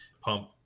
pump